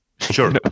Sure